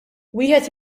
wieħed